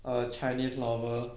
a chinese novel